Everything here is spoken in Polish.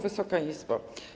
Wysoka Izbo!